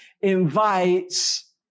invites